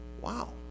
Wow